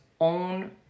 own